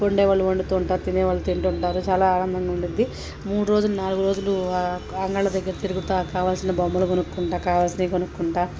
వండేవాళ్ళు వండుతూ ఉంటారు తినేవాళ్ళు తింటుంటారు చాలా ఆనందంగా ఉండిద్ది మూడు రోజులు నాలుగు రోజులు అంగళ్ళ దగ్గర తిరుగుతూ కావలసిన బొమ్మలు కొనుక్కుంటూ కావలసినయి కొనుక్కుంటూ